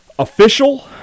Official